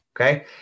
Okay